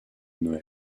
noël